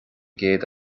gcéad